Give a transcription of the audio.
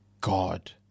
God